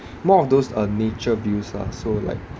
more of those uh nature views ah so like